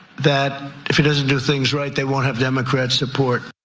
that if he doesn't do things right, they won't have democrat support.